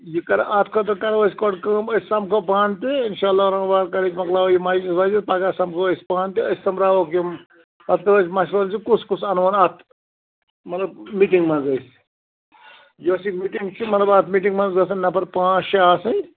یہِ کَر اَتھ خٲطر کَرو أسۍ گۄڈٕ کٲم أسۍ سمکھو پانہٕ تہٕ اِنشااللہُ رحمان کٔرِتھ مۅکلاوَو یہِ مجلِس وجلِس پَگاہ سمکھو أسۍ پانہٕ تہٕ أسۍ سُمبراوہوکھ یِم پَتہٕ کَرو أسۍ مشورٕ زِ کُس کُس اَنہٕ ہُون اَتھ مطلب میٖٹِنٛگ منٛز أسۍ یۅس یہِ میٖٹِنٛگ چھِ مطلب اَتھ میٖٹِنٛگ منٛز گَژھن نَفر پانٛژھ شےٚ آسٕنۍ